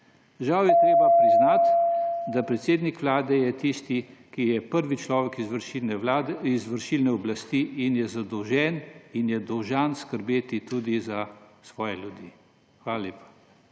Žal je treba priznati, da je predsednik Vlade tisti, ki je prvi človek izvršilne oblasti in je zadolžen in je dolžan skrbeti tudi za svoje ljudi. Hvala lepa.